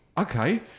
okay